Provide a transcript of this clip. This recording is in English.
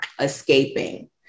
escaping